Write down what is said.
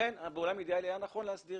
אכן בעולם אידיאלי היה נכון להסדיר